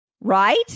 right